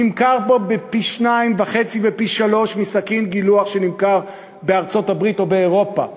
נמכר פה בישראל בפי-2.5 ופי-שלושה ממחירו בארצות-הברית ובאירופה.